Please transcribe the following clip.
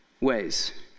ways